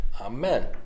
Amen